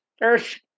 Earth